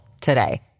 today